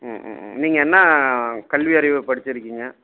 ம் ம் ம் நீங்கள் என்ன கல்வி அறிவு படித்திருக்கீங்க